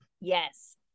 Yes